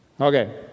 Okay